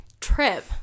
trip